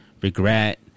regret